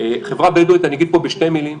חברה בדואית אני אגיד פה בשתי מילים.